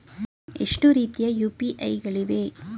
ಎಷ್ಟು ರೀತಿಯ ಯು.ಪಿ.ಐ ಗಳಿವೆ?